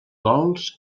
gols